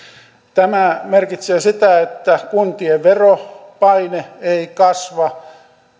tämä merkitsee sitä että kuntien veropaine ei kasva